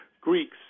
Greeks